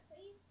please